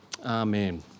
Amen